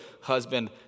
husband